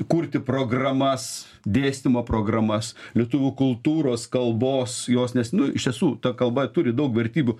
kurti programas dėstymo programas lietuvių kultūros kalbos jos nes nu iš tiesų ta kalba turi daug vertybių